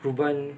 reu ben